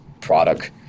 product